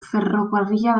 ferrokarrila